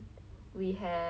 then then what happened